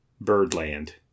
Birdland